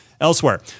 Elsewhere